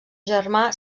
germà